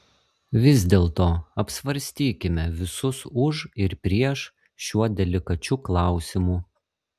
vis dėlto apsvarstykime visus už ir prieš šiuo delikačiu klausimu